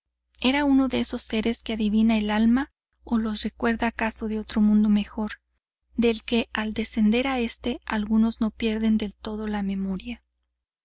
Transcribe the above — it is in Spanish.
era uno de esos seres que adivina el alma o los recuerda acaso de otro mundo mejor del que al descender a éste algunos no pierden del todo la memoria